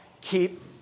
keep